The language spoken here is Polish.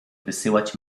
wysyłać